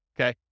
okay